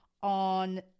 on